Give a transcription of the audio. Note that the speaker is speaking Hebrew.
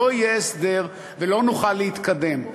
לא יהיה הסדר ולא נוכל להתקדם.